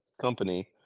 company